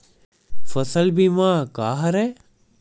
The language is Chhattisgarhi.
फसल बीमा का हरय?